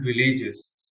villages